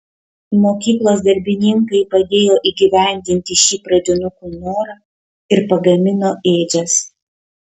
mokyklos darbininkai padėjo įgyvendinti šį pradinukų norą ir pagamino ėdžias